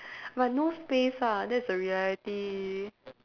but no space ah that's the reality